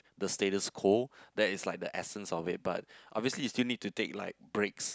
the status quo that is like the essence of it but obviously you still need to take like breaks